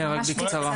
כן, רק בקצרה.